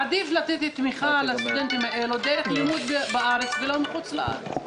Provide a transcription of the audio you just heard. עדיף לתת תמיכה לסטודנטים האלה דרך לימוד בארץ ולא בחו"ל.